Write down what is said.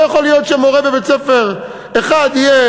לא יכול להיות שמורה בבית-ספר אחד יהיה